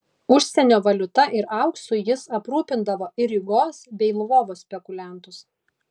užsienio valiuta ir auksu jis aprūpindavo ir rygos bei lvovo spekuliantus